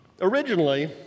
Originally